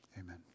Amen